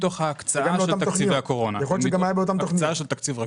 מההקצאה של תקציבי הקורונה אלא הקצאה של תקציב רגיל.